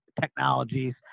technologies